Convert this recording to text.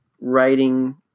writing